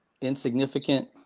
insignificant